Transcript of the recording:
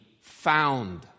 found